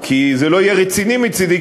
כי זה לא יהיה רציני מצדי,